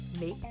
make